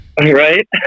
Right